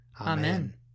Amen